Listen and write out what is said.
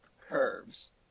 curves